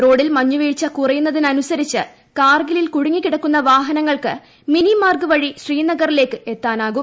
റോഡിൽ മഞ്ഞുവീഴ്ച കുറയുന്നതിനനുസരിച്ച് കാർഗിലിൽ കുടങ്ങിക്കിടക്കുന്ന വാഹനങ്ങൾക്ക് മിനി മാർഗ് വഴി ശ്രീനഗറിലേക്ക് എത്താനാകും